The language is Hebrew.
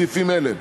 סעיפים אלה: